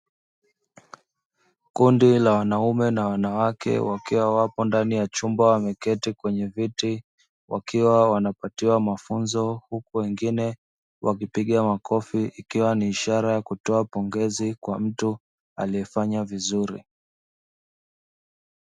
Kundi la wanaume na wanawake wakiwa wapo ndani ya chumba wameketi, wakiwa wanapatiwa mafunzo huku wengine wakiwa wanapiga makofi ikiwa ni imara ya kutoa pongezi kwa mtu aliyefanya vizuri.